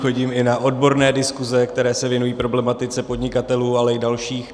Chodím i na odborné diskuse, které se věnují problematice podnikatelů, ale i dalších.